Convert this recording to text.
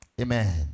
Amen